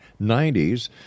90s